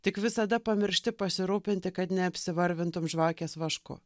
tik visada pamiršti pasirūpinti kad neapsivarvintum žvakės vašku